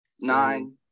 Nine